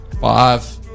five